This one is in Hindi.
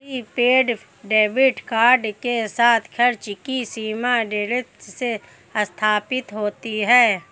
प्रीपेड डेबिट कार्ड के साथ, खर्च की सीमा दृढ़ता से स्थापित होती है